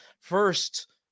First